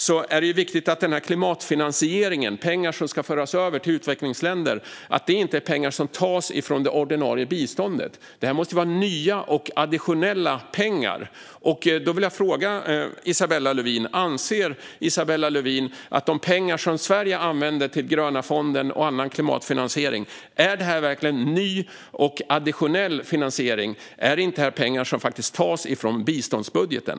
Det är viktigt att klimatfinansieringen, alltså de pengar som ska föras över till utvecklingsländer, inte tas från det ordinarie biståndet. Detta måste vara nya och additionella pengar. Därför vill jag fråga Isabella Lövin: Anser Isabella Lövin att de pengar som Sverige använder till Gröna fonden och annan klimatfinansiering verkligen är ny och additionell finansiering? Är det inte pengar som faktiskt tas från biståndsbudgeten?